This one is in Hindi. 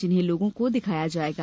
जिन्हें लोगों को दिखाया जायेगा